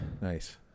Nice